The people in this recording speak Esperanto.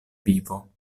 vivo